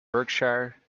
berkshire